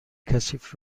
کثیف